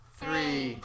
three